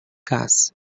cas